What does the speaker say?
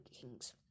kings